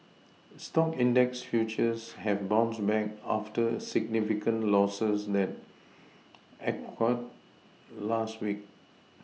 stock index futures have bounced back after significant Losses that occurred last week